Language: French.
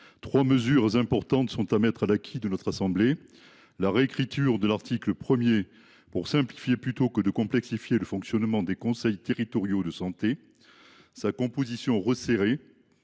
Trois mesures importantes sont à mettre à l’actif de notre assemblée. L’article 1 a été réécrit, afin de simplifier, plutôt que de complexifier, le fonctionnement des conseils territoriaux de santé ; sa composition resserrée